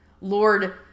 Lord